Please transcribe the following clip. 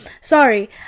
Sorry